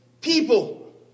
people